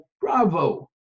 bravo